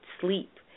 sleep